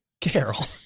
Carol